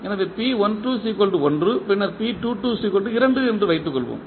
எனவே பின்னர் 2 என்று வைத்துக் கொள்வோம்